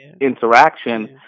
interaction